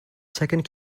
second